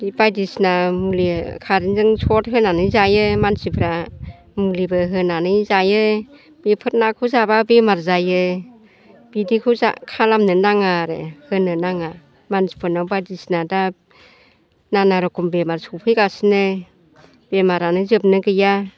बे बायदिसिना मुलि कारेनजों स'क होनानै जायो मानसिफ्रा मुलिबो होनानै जायो बेफोर नाखौ जाब्ला बेमार जायो बिदिखौ खालामनो नाङाआरो होनो नाङा मानसिफोरनाव बायदिसिना दा नाना रखम बेमार सौफैगासिनो बेमारानो जोबनो गैया